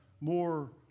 more